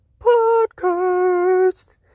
podcast